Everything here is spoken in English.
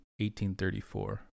1834